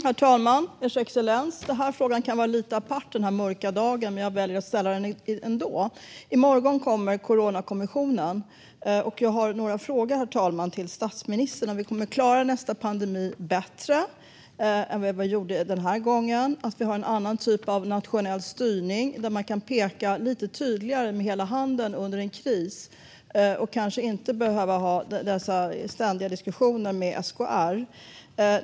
Herr talman och ers excellens! Denna fråga kan tyckas lite apart denna mörka dag, men jag väljer att ställa den ändå. I morgon kommer Coronakommissionens slutbetänkande, och jag har några frågor till statsministern. Kommer vi att ha en annan typ av nationell styrning där staten kan peka med hela handen under en kris och slippa ständiga diskussioner med SKR?